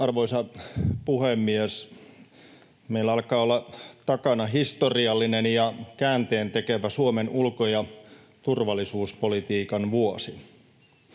Arvoisa puhemies! Meillä alkaa olla takana historiallinen ja käänteentekevä Suomen ulko- ja turvallisuuspolitiikan vuosi.